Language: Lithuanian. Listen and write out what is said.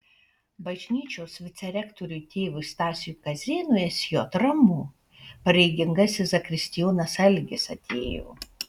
bažnyčios vicerektoriui tėvui stasiui kazėnui sj ramu pareigingasis zakristijonas algis atėjo